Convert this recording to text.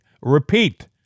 Repeat